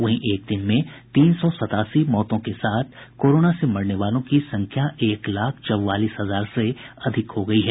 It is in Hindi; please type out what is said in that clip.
वहीं एक दिन में तीन सौ सतासी मौतों के साथ कोरोना से मरने वालों की संख्या एक लाख चौवालीस हजार से अधिक हो गई है